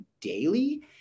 daily